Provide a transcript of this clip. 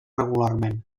regularment